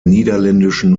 niederländischen